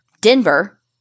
Denver